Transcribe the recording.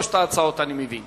ההצעה להעביר